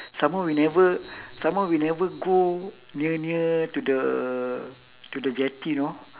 some more we never some more we never go near near to the to the jetty you know